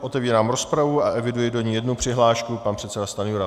Otevírám rozpravu a eviduji do ní jednu přihlášku pana předsedy Stanjury.